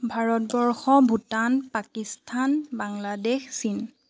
ভাৰতবৰ্ষ ভূটান পাকিস্থান বাংলাদেশ চীন